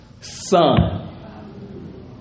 son